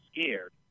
scared